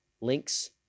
links